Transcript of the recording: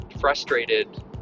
frustrated